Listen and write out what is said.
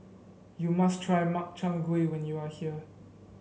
you must try Makchang Gui when you are here